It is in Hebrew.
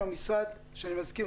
במשרד שאני מזכיר,